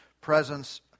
presence